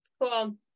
Cool